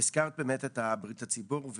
הזכרת באמת את בריאות הציבור,